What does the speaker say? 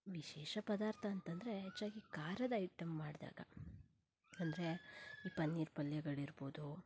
ವಿಶೇಷ ಪದಾರ್ಥ ಅಂತಂದರೆ ಹೆಚ್ಚಾಗಿ ಖಾರದ ಐಟಂ ಮಾಡಿದಾಗ ಅಂದರೆ ಈ ಪನ್ನೀರ್ ಪಲ್ಯಗಳಿರ್ಬೋದು